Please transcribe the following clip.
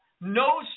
No